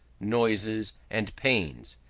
noises, and pains.